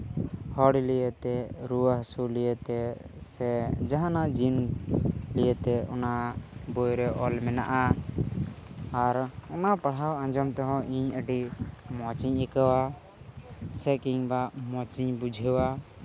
ᱦᱚᱲ ᱞᱤᱭᱮᱛᱮ ᱨᱩᱣᱟᱹ ᱦᱟᱹᱥᱩ ᱞᱤᱭᱮᱛᱮ ᱡᱟᱦᱟᱱᱟᱜ ᱡᱤᱱᱤᱥ ᱱᱤᱭᱮᱛᱮ ᱚᱱᱟ ᱵᱚᱭ ᱨᱮ ᱚᱞ ᱢᱮᱱᱟᱜᱼᱟ ᱟᱨ ᱚᱱᱟ ᱯᱟᱲᱦᱟᱣ ᱟᱡᱚᱢ ᱛᱮ ᱦᱚᱸ ᱤᱧ ᱟᱹᱰᱤ ᱢᱚᱡᱽ ᱤᱧ ᱟᱹᱭᱠᱟᱹᱣᱟ ᱥᱮ ᱠᱤᱝᱵᱟ ᱢᱚᱡᱽ ᱤᱧ ᱵᱩᱡᱷᱟᱹᱣᱟ